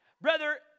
Brother